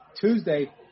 Tuesday